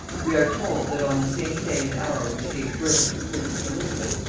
we are told, that on the same day and hour which gave birth to the princess elizabeth,